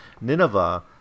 nineveh